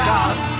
God